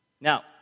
Now